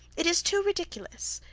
it is too ridiculous!